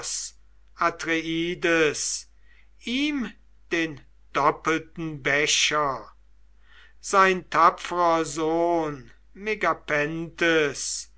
ihm den doppelten becher sein tapferer sohn megapenthes